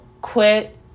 quit